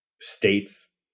states